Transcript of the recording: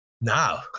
now